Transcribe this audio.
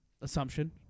assumption